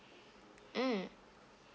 mm